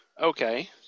okay